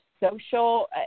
social